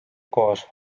koos